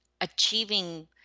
achieving